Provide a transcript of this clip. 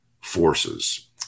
forces